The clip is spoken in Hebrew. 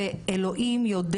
ואלוהים יודע